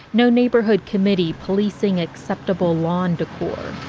no neighborhood committee policing acceptable lawn decor